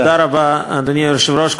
תודה רבה, אדוני היושב-ראש.